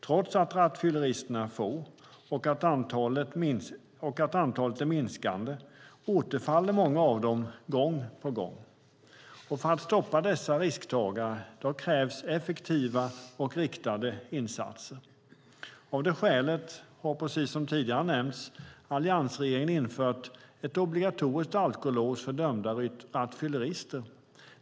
Trots att rattfylleristerna är få och antalet minskande återfaller många av dem gång på gång. För att stoppa dessa risktagare krävs effektiva och riktade insatser. Av det skälet har, precis som tidigare nämnts, alliansregeringen infört obligatoriskt alkolås för dömda rattfyllerister.